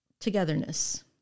Togetherness